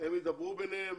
הם ידברו ביניהם.